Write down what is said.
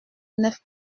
neuf